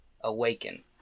awaken